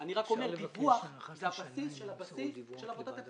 אני רק אומר שדיווח הוא הבסיס של הבסיס של עבודת הפיקוח.